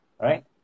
right